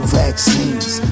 vaccines